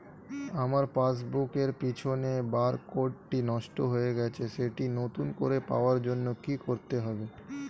আমার পাসবুক এর পিছনে বারকোডটি নষ্ট হয়ে গেছে সেটি নতুন করে পাওয়ার জন্য কি করতে হবে?